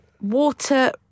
Water